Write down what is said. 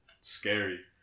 scary